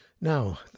Now